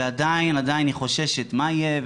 ועדיין היא חוששת 'מה יהיה',